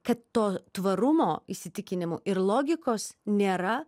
kad to tvarumo įsitikinimų ir logikos nėra